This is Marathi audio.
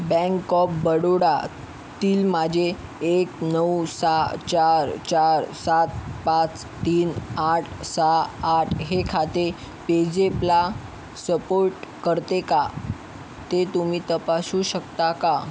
बँक ऑफ बडोडातील माझे एक नऊ सहा चार चार सात पाच तीन आठ सहा आठ हे खाते पेजेपला सपोर्ट करते का ते तुम्ही तपासू शकता का